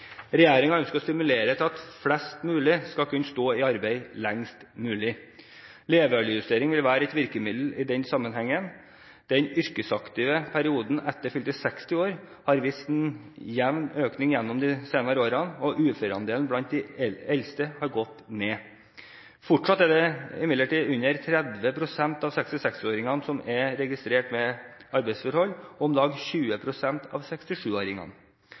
ønsker å stimulere til at flest mulig skal kunne stå i arbeid så lenge som mulig. Levealdersjustering vil være et virkemiddel i den sammenheng. Den yrkesaktive perioden etter fylte 60 år har vist en jevn økning gjennom de senere årene, og uføreandelen blant de eldste har gått ned. Fortsatt er det imidlertid under 30 pst. av 66-åringene og om lag 20 pst. av 67-åringene som er registrert med arbeidsforhold.